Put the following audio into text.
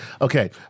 Okay